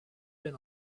been